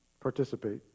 Participate